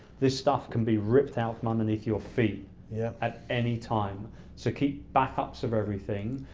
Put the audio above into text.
this stuff can be ripped out from underneath your feet yeah at any time so keep backups of everything.